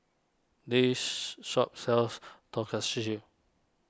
this shop sells Tonkatsu